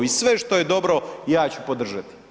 I sve što je dobro ja ću podržati.